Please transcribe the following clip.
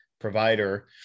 provider